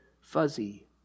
fuzzy